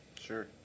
Sure